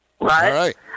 right